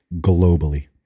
globally